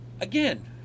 Again